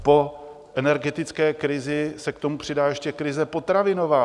Po energetické krizi se k tomu přidá ještě krize potravinová.